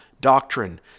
doctrine